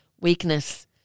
weakness